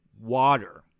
water